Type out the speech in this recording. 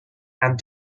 and